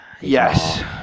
Yes